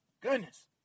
goodness